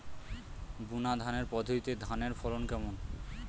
বুনাধানের পদ্ধতিতে ধানের ফলন কেমন?